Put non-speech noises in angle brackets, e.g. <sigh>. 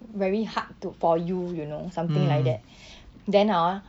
very hard to for you you know something like that <breath> then ah